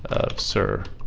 of sir